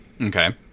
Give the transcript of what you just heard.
okay